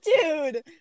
Dude